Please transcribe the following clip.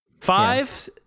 Five